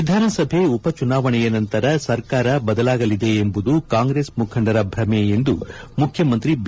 ವಿಧಾನಸಭೆ ಉಪಚುನಾವಣೆಯ ನಂತರ ಸರ್ಕಾರ ಬದಲಾಗಲಿದೆ ಎಂಬುದು ಕಾಂಗ್ರೆಸ್ ಮುಖಂಡರ ಭ್ರಮೆ ಎಂದು ಮುಖ್ಯಮಂತ್ರಿ ಬಿ